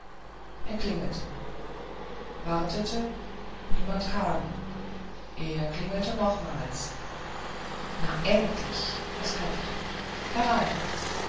er klingelte wartete niemand kam er klingelte nochmals na endlich es klopfte herein